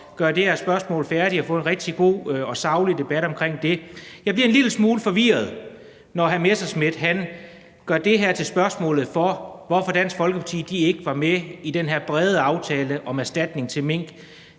gøre det her forslag færdigt og få en rigtig god og saglig debat om det. Jeg bliver en lille smule forvirret, når hr. Morten Messerschmidt gør det her til grunden til, at Dansk Folkeparti ikke var med i den her brede aftale om erstatning til